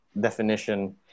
definition